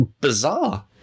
bizarre